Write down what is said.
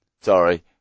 sorry